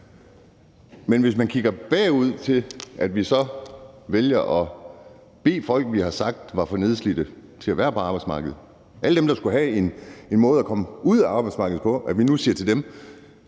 men hvis man kigger bagud og siger, at vi så nu vælger at sige til folk, vi har sagt var for nedslidte til at være på arbejdsmarkedet, alle dem, der skulle have en måde at komme ud af arbejdsmarkedet på, at I kan få lov